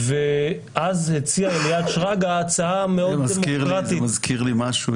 ואז הציע אליעד שרגא הצעה מאוד דמוקרטית --- זה מזכיר לי משהו,